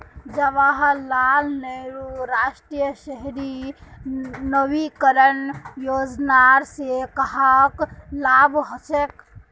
जवाहर लाल नेहरूर राष्ट्रीय शहरी नवीकरण योजनार स कहाक लाभ हछेक